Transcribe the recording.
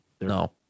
No